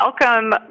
welcome